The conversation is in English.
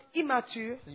immature